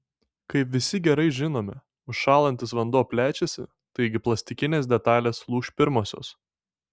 kaip visi gerai žinome užšąlantis vanduo plečiasi taigi plastikinės detalės lūš pirmosios